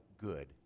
good